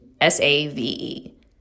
S-A-V-E